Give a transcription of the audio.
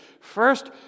First